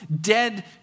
dead